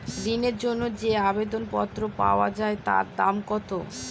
ঋণের জন্য যে আবেদন পত্র পাওয়া য়ায় তার দাম কত?